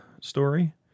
story